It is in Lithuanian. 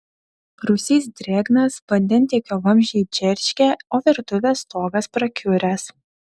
rūsys drėgnas vandentiekio vamzdžiai džeržgia o virtuvės stogas prakiuręs